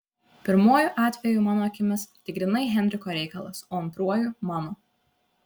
pirmuoju atveju mano akimis tai grynai henriko reikalas o antruoju mano